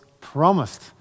promised